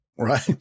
Right